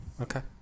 Okay